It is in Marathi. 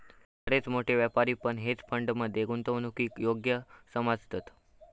बरेच मोठे व्यापारी पण हेज फंड मध्ये गुंतवणूकीक योग्य समजतत